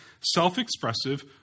self-expressive